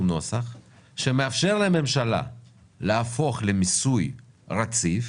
נוסח שמאפשר לממשלה להפוך למיסוי רציף